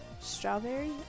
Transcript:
Strawberry